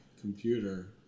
computer